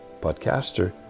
podcaster